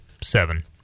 seven